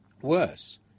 Worse